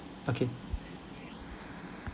okay